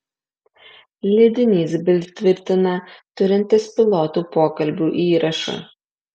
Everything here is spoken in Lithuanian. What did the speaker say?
leidinys bild tvirtina turintis pilotų pokalbių įrašą